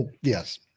yes